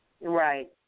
right